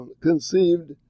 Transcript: conceived